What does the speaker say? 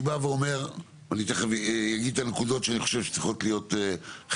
אני אגיד את הנקודות שאני חושב שחלקן צריכות להיות בסיכום,